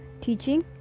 teaching